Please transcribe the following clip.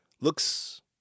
Looks